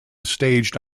staged